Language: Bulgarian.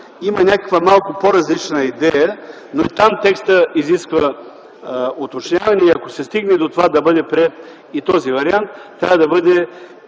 има някаква малко по-различна идея, но и там текстът изисква уточняване. Ако се стигне до това да бъде приет и този вариант, трябва да бъде